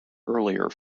earlier